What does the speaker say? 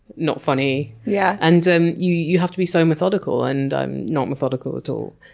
not funny. yeah and, and you you have to be so methodical and i'm not methodical at all.